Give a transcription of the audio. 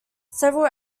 several